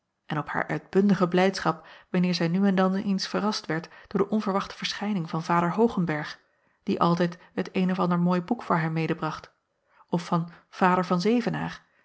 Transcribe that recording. en op hare uitbundige blijdschap wanneer zij nu en dan eens verrast werd door de onverwachte verschijning van vader oogenberg die altijd het een of ander mooi boek voor haar medebracht of van